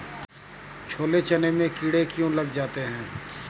छोले चने में कीड़े क्यो लग जाते हैं?